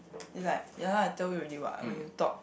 it's like ya tell you already what when you talk